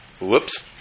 Whoops